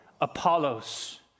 Apollos